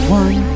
one